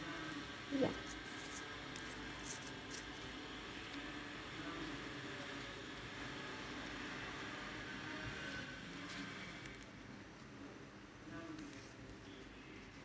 ya